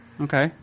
Okay